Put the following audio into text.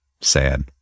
sad